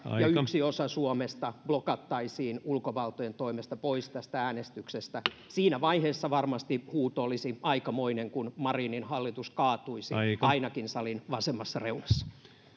ja yksi osa suomesta blokattaisiin ulkovaltojen toimesta pois tästä äänestyksestä siinä vaiheessa varmasti huuto olisi aikamoinen kun marinin hallitus kaatuisi ainakin salin vasemmassa reunassa